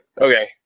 Okay